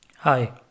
Hi